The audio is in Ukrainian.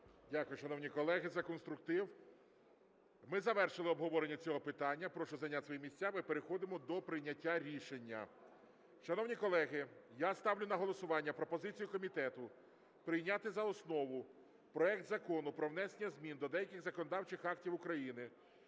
Дякую, шановні колеги, за конструктив. Ми завершити обговорення цього питання. Прошу зайняти свої місця, ми переходимо до прийняття рішення. Шановні колеги, я ставлю на голосування пропозицію комітету прийняти за основу проект Закону про внесення змін до деяких законодавчих актів України